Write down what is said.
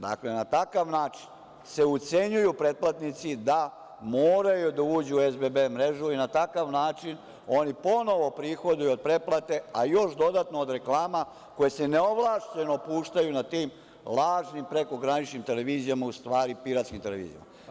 Dakle, na takav način se ucenjuju pretplatnici da moraju da uđu u SBB mrežu i na takav način oni ponovo prihoduju od pretplate, a još dodatno od reklama koje se neovlašćeno puštaju na tim lažnim prekograničnim televizijama, u stvari piratskim televizijama.